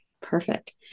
Perfect